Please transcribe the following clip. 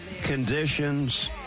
conditions